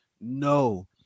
No